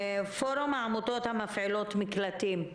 פורום העמותות המפעילות מקלטים,